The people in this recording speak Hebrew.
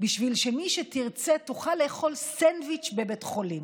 בשביל שמי שתרצה, תוכל לאכול סנדוויץ' בבית חולים?